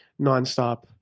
nonstop